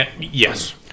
Yes